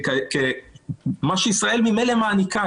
מה שישראל ממילא מעניקה.